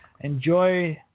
Enjoy